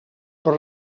per